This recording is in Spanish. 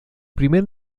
primer